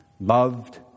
Loved